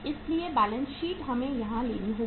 इसलिए balance sheet हमें यहां लेनी होगी